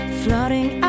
floating